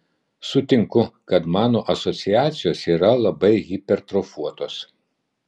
sutinku kad mano asociacijos yra labai hipertrofuotos